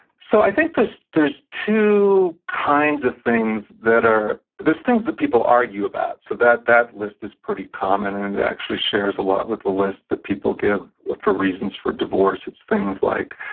so, i think there's there's two kinds of things that are, there's things that people argue about, so that that list is pretty common, and and actually shares a lot with the list that people give for reasons for divorce. it's things like,